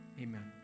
Amen